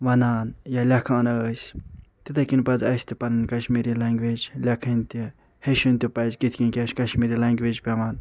وَنان یا لیٚکھان أسۍ تِتھٔے کٔنۍ پَزِ اسہِ تہِ پنٕنۍ کشیری لنٛگویج لیٚکھٕنۍ تہِ ہیٚچھُن تہِ پَزِ کِتھ کٔنۍ کیٛاہ چھُ کشمیری لنٛگویج پیٚوان